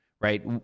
right